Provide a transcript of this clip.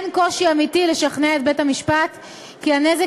אין קושי אמיתי לשכנע את בית-המשפט כי הנזק